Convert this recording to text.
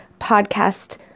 podcast